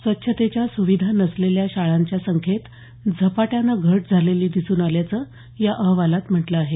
स्वच्छतेच्या सुविधा नसलेल्या शाळांच्या संख्येत झपाट्यानं घट झालेली दिसून आल्याचं या अहवालात म्हटलं आहे